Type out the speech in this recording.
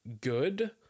good